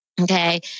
Okay